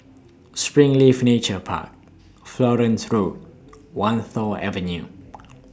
Springleaf Nature Park Florence Road Wan Tho Avenue